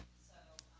so